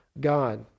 God